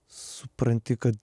supranti kad